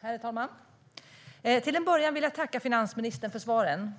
Herr talman! Till en början vill jag tacka finansministern för svaren.